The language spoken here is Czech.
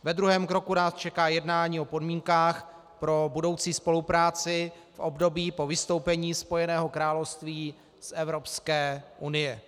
Ve druhém kroku nás čeká jednání o podmínkách pro budoucí spolupráci v období po vystoupení Spojeného království z Evropské unie.